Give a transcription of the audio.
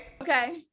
okay